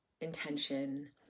intention